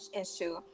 issue